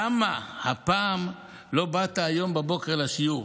למה הפעם לא באת היום בבוקר לשיעור?